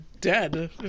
dead